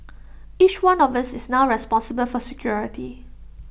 each one of us is now responsible for security